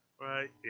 Right